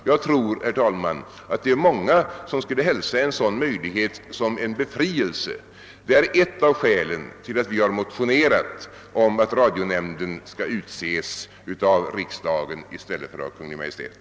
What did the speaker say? Jag tror, herr talman, att det är många som skulle hälsa en sådan möjlighet som en befrielse. Det är ett av skälen till att vi har motionerat om att radionämnden skall utses av riksdagen i stället för av Kungl. Maj:t.